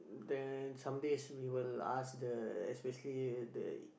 then some days we will ask the especially the